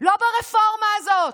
לא ברפורמה הזאת.